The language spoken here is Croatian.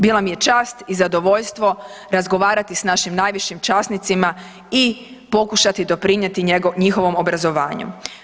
Bila mi je čast i zadovoljstvo razgovarati s našim najvišim časnicima i pokušati doprinijeti njihovom obrazovanju.